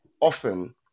often